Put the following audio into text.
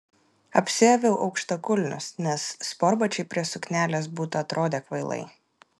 apsiaviau aukštakulnius nes sportbačiai prie suknelės būtų atrodę kvailai